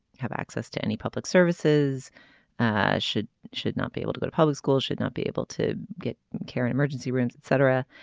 have access to any public services ah should should not be able to go to public schools should not be able to get care in emergency rooms et cetera.